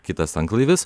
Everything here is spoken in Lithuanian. kitas tanklaivis